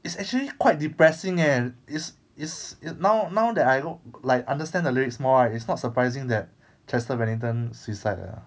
it's actually quite depressing eh it's it's it now now that I like understand the lyrics more right it's not surprising that chester bennington suicide ah